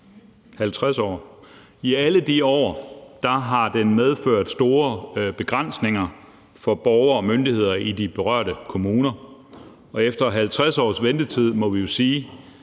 50 år! I alle de år har den medført store begrænsninger for borgere og myndigheder i de berørte kommuner, og efter 50 års ventetid må vi jo sige,